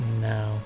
No